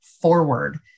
Forward